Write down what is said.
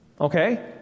okay